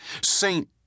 Saint